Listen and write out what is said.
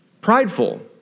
prideful